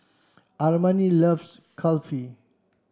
Armani loves Kulfi